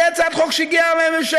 זאת הצעת חוק שהגיעה מהממשלה.